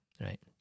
right